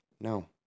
No